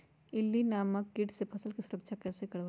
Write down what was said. इल्ली नामक किट से फसल के सुरक्षा कैसे करवाईं?